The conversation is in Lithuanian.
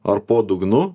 ar po dugnu